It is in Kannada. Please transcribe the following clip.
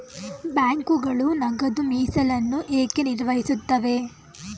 ಬ್ಯಾಂಕುಗಳು ನಗದು ಮೀಸಲನ್ನು ಏಕೆ ನಿರ್ವಹಿಸುತ್ತವೆ?